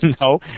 No